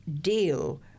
deal